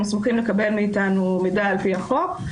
מוסמכים לקבל מאיתנו מידע על-פי החוק.